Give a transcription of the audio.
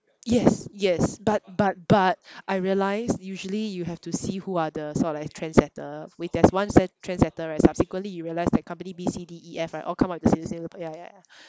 yes yes but but but I realised usually you have to see who are the sort like trend setter with there's one set~ trend setter right subsequently you realise that company B C D E F right all come with the same sale ya ya ya